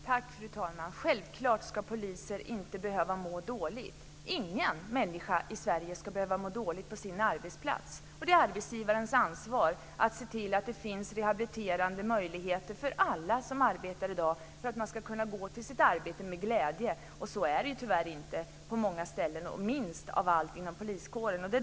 Fru talman! Självklart ska poliser inte behöva må dåligt. Ingen människa i Sverige ska behöva må dåligt på sin arbetsplats. Det är arbetsgivarens ansvar att se till att det finns rehabiliteringsmöjligheter för alla som arbetar i dag, för man ska kunna gå till sitt arbete med glädje. Så är det tyvärr inte på många ställen, minst av allt inom poliskåren.